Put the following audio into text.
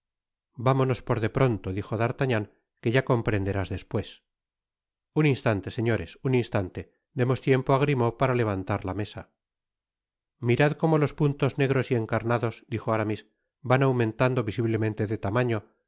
vámonos por de pronto dijo d'artagnan que ya comprenderás despues un instante señores un instante demos tiempo á grimaud para levantar la mesa mirad como los puntos negros y encarnados dijo aramis van aumentando visiblemente de tamaño